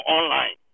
Online